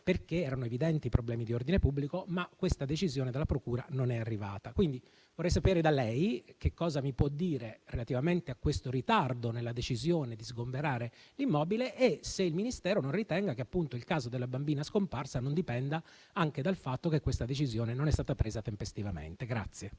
perché erano evidenti i problemi di ordine pubblico, ma questa decisione della procura non era arrivata. Vorrei pertanto sapere da lei che cosa mi può riferire relativamente al ritardo nella decisione di sgomberare l'immobile e se il Ministero non ritenga che il caso della bambina scomparsa non dipenda anche dal fatto che tale decisione non è stata presa tempestivamente.